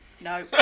No